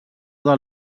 del